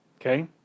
Okay